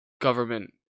government